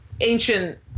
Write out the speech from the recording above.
ancient